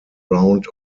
round